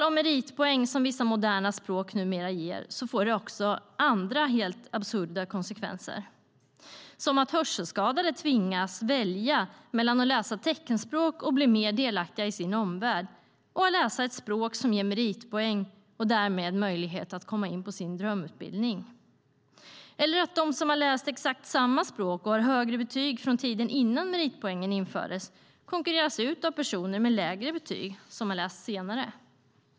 Meritpoängen, som vissa moderna språk numera ger, får också helt andra absurda konsekvenser som att hörselskadade tvingas välja mellan att läsa teckenspråk och bli mer delaktiga i sin omvärld och att läsa ett språk som ger meritpoäng och därmed möjlighet att komma in på sin drömutbildning. Och de som har läst språk och har högre betyg från tiden innan meritpoängen infördes konkurreras ut av personer med lägre betyg som har läst exakt samma språk senare.